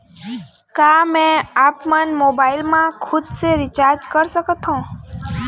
का मैं आपमन मोबाइल मा खुद से रिचार्ज कर सकथों?